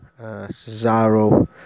Cesaro